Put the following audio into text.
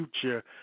Future